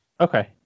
okay